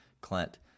Clint